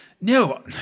No